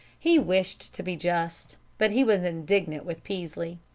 he wished to be just. but he was indignant with peaslee.